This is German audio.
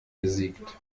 besiegt